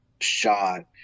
shot